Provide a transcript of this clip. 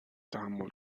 تحمل